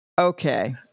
Okay